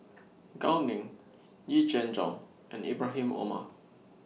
Gao Ning Yee Jenn Jong and Ibrahim Omar